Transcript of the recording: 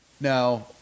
Now